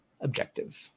objective